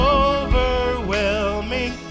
overwhelming